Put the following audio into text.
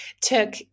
took